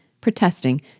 protesting